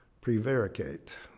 prevaricate